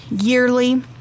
yearly